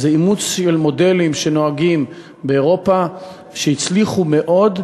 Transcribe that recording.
זה אימוץ של מודלים שנוהגים באירופה והצליחו מאוד,